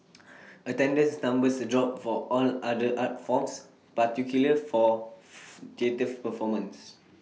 attendance numbers dropped for all other art forms particularly for theatre performances